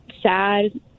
sad